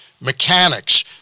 mechanics